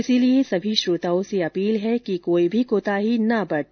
इसलिए सभी श्रोताओं से अपील है कि कोई भी कोताही न बरते